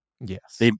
yes